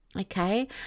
Okay